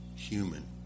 human